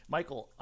Michael